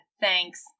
thanks